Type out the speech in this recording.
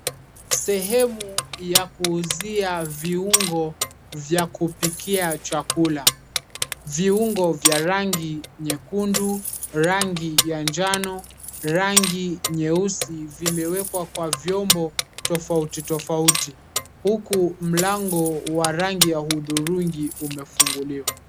Sehemu ya kuuzia viungo vya kupikia chakula. Viungo vya rangi nyekundu, rangi ya njano, rangi nyeusi, vimewekwa kwa vyombo tofauti tofauti. Huku mlango wa rangi ya hudhurungi umefunguliwa.